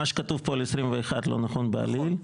מה שכתוב פה על 2021 לא נכון בעליל.